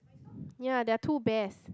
ya there are two bears